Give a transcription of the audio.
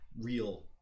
real